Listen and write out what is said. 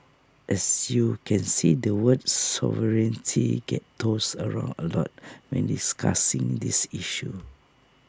as you can see the word sovereignty gets tossed around A lot when discussing this issue